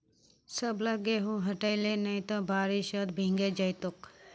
सबला गेहूं हटई ले नइ त बारिशत भीगे जई तोक